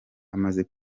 amaze